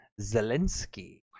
Zelensky